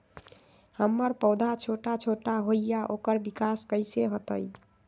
हमर पौधा छोटा छोटा होईया ओकर विकास कईसे होतई?